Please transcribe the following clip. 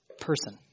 person